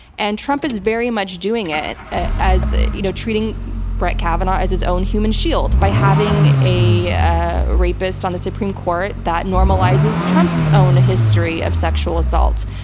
and trump is very much doing it, ah you know treating brett kavanaugh as his own human shield. by having a rapist on the supreme court, that normalizes trump's own history of sexual assault.